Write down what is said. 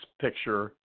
picture